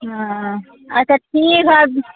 अच्छा ठीक है